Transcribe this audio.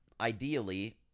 ideally